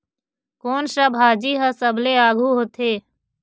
कोन सा भाजी हा सबले आघु होथे?